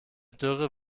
dürre